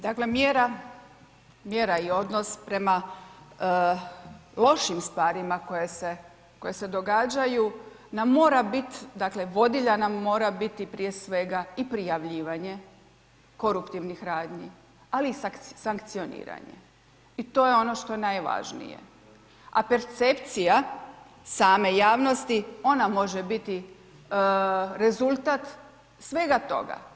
Dakle mjera, mjera i odnos prema lošim stvarima koje se događaju nam mora biti, dakle vodilja nam mora biti prije svega i prijavljivanje koruptivnih radnji ali i sankcioniranje i to je ono što je najvažnije a percepcija same javnosti ona može biti rezultat svega toga.